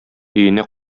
өенә